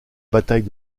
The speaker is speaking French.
bataille